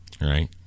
right